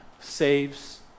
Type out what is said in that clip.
saves